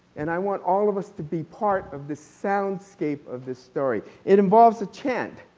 and i want all of us to be part of the sound scape of this story. it involves a chant.